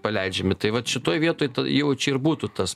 paleidžiami tai vat šitoj vietoj ta jau čia ir būtų tas